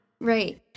Right